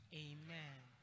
amen